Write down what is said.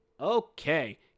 Okay